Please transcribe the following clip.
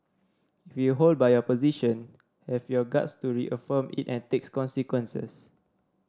if you hold by your position have your guts to reaffirm it and takes consequences